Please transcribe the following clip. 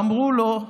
ואמרו לו,